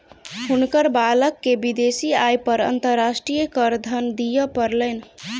हुनकर बालक के विदेशी आय पर अंतर्राष्ट्रीय करधन दिअ पड़लैन